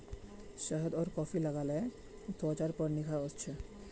शहद आर कॉफी लगाले त्वचार पर निखार वस छे